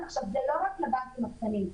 אני רוצה לבקש מהעמיתים שלי מהפיקוח,